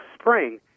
spring